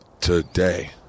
today